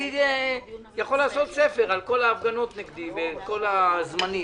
אני יכול לעשות ספר על כל ההפגנות נגדי בכל הזמנים.